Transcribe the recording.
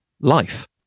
life